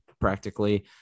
practically